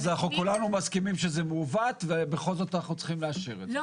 כולנו מסכימים שזה מעוות ובכל זאת אנחנו צריכים לאשר את זה.